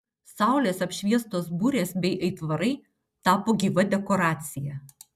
saulės apšviestos burės bei aitvarai tapo gyva dekoracija